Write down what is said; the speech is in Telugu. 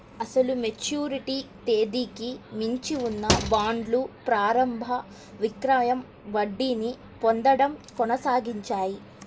అసలు మెచ్యూరిటీ తేదీకి మించి ఉన్న బాండ్లు ప్రారంభ విక్రయం వడ్డీని పొందడం కొనసాగించాయి